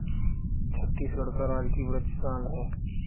छत्तीसगढ़ का राजकीय वृक्ष साल है